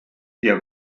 der